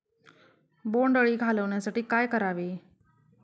बोंडअळी घालवण्यासाठी काय करावे?